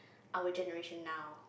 our generation now